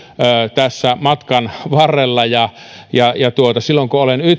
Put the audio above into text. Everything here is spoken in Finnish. tässä matkan varrella ja ja silloin kun olen